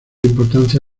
importancia